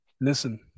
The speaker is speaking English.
Listen